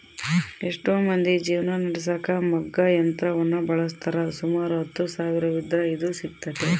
ಎಷ್ಟೊ ಮಂದಿ ಜೀವನ ನಡೆಸಕ ಮಗ್ಗ ಯಂತ್ರವನ್ನ ಬಳಸ್ತಾರ, ಸುಮಾರು ಹತ್ತು ಸಾವಿರವಿದ್ರ ಇದು ಸಿಗ್ತತೆ